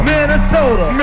Minnesota